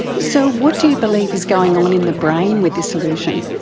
so what do you believe is going on in the brain with this illusion?